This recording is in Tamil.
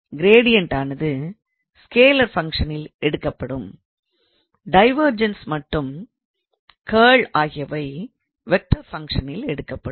க்ரேடியன்ட்டானது ஸ்கேலார் ஃபங்க்ஷனில் எடுக்கப்படும் டைவெர்ஜன்ஸ் மற்றும் கர்ல் ஆகியவை வெக்டார் ஃபங்க்ஷனில் எடுக்கப்படும்